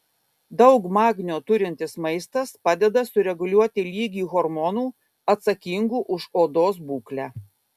daug magnio turintis maistas padeda sureguliuoti lygį hormonų atsakingų už odos būklę